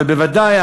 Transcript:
אבל בוודאי,